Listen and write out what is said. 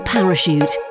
Parachute